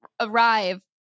arrive